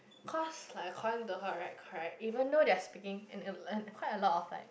cause like according to her right correct even though they are speaking in quite a lot of like